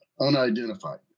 unidentified